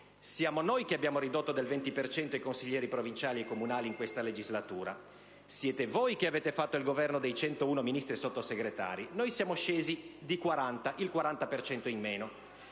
Siamo noi che abbiamo ridotto del venti per cento i consiglieri provinciali e comunali in questa legislatura. Siete voi che avete fatto il Governo dei 101 Ministri e Sottosegretari, noi siamo scesi di 40: il 40 per cento